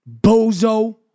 bozo